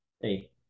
Hey